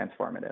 transformative